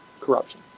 corruption